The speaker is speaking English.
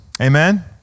Amen